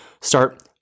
Start